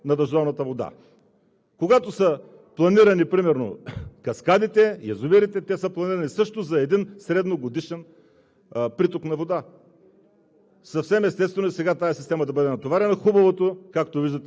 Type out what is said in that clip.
И затова те не могат да поемат този увеличен обем на дъждовната вода. Когато са планирани примерно каскадите, язовирите, те са планирани също за един средногодишен приток на вода.